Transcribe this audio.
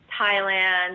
Thailand